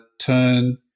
turn